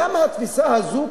למה התפיסה הזאת,